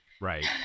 Right